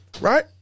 Right